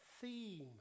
theme